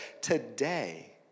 today